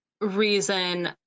reason